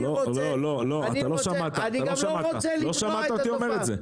לא, לא שמעת אותי אומר את זה.